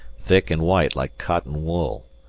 thick and white like cotton-wool.